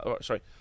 sorry